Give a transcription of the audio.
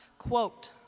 Quote